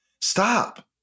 Stop